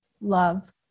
love